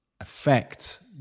affect